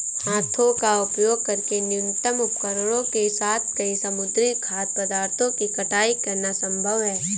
हाथों का उपयोग करके न्यूनतम उपकरणों के साथ कई समुद्री खाद्य पदार्थों की कटाई करना संभव है